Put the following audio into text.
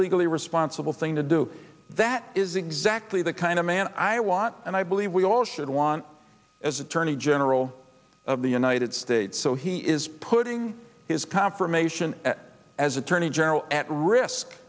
legally responsible thing to do that is exactly the kind of man i want and i believe we all should want as attorney general of the united states so he is putting his confirmation as attorney general at risk